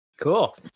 cool